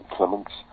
Clements